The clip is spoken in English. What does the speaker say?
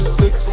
six